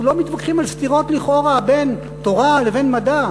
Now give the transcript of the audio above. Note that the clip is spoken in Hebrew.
אנחנו לא מתווכחים על סתירות לכאורה בין תורה לבין מדע.